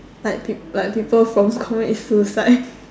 like peop~ people from commit suicide